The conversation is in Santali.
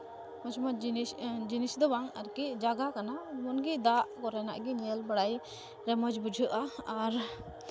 ᱢᱚᱡᱽ ᱢᱚᱡᱽ ᱡᱤᱱᱤᱥ ᱡᱤᱱᱤᱥ ᱫᱚ ᱵᱟᱝ ᱟᱨᱠᱤ ᱡᱟᱭᱜᱟ ᱠᱟᱱᱟ ᱮᱢᱚᱱᱜᱮ ᱫᱟᱜ ᱠᱚᱨᱮᱱᱟᱜ ᱜᱮ ᱧᱮᱞ ᱵᱟᱲᱟᱭ ᱨᱮ ᱢᱚᱡᱽ ᱵᱩᱡᱷᱟᱹᱜᱼᱟ ᱟᱨ